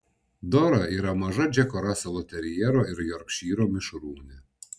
dora yra maža džeko raselo terjero ir jorkšyro mišrūnė